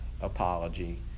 apology